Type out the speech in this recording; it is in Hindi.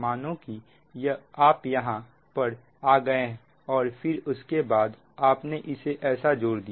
मानो कि आप यहां पर आ गए और फिर उसके बाद आपने इसे ऐसे जोड़ दिया